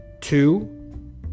Two